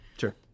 Sure